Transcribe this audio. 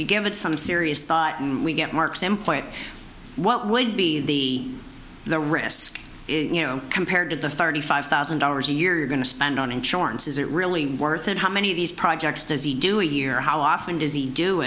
you give it some serious thought and we get mark's employer it what would be the the risk you know compared to the thirty five thousand dollars a year you're going to spend on insurance is it really worth it how many of these projects does he do a year how often does he do